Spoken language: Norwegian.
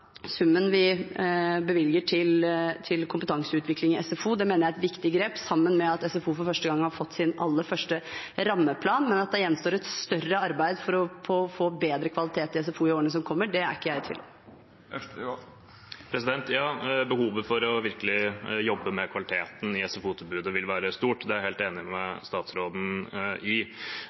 summen vi bevilger til kompetanseutvikling i SFO. Det mener jeg er et viktig grep, sammen med at SFO for første gang har fått sin aller første rammeplan. Men at det gjenstår et større arbeid for å få bedre kvalitet i SFO i årene som kommer, er ikke jeg i tvil om. Freddy André Øvstegård – til oppfølgingsspørsmål. Ja, behovet for virkelig å jobbe med kvaliteten i SFO-tilbudet vil være stort – det er jeg helt enig med statsråden i.